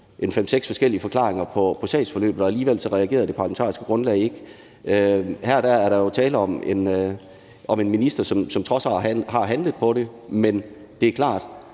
fem-seks forskellige forklaringer på sagsforløbet, men alligevel reagerede det parlamentariske grundlag ikke. Her er der jo tale om en minister, som trods alt har handlet på det. Men det er klart,